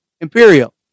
Imperial